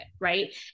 right